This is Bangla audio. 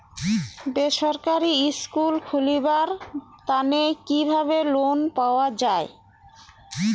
বেসরকারি স্কুল খুলিবার তানে কিভাবে লোন পাওয়া যায়?